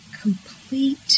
complete